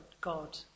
God